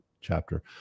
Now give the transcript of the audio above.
chapter